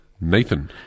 Nathan